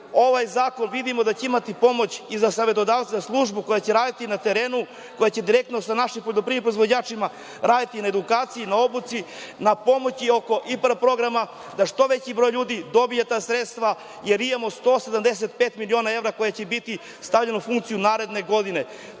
ovaj zakon vidimo da će imati pomoć i za savetodavca, za službu koja će raditi na terenu, koja će direktno sa našim poljoprivrednim proizvođačima raditi na edukaciji, na obuci, na pomoći oko IPARD programa, da što veći broj ljudi dobije ta sredstva, jer imamo 175 miliona evra koji će biti stavljeni u funkciju naredne godine.